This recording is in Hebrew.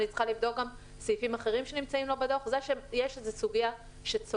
גם סעיפים אחרים שיש לו בדוח זה שיש איזו סוגיה שצועקת